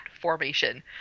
formation